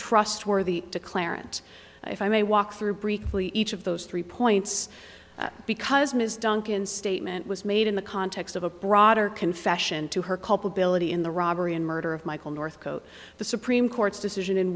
trustworthy declarant if i may walk through briefly each of those three points because ms duncan statement was made in the context of a broader confession to her culpability in the robbery and murder of michael northcott the supreme court's decision in